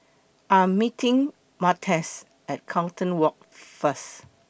I Am meeting Martez At Carlton Walk First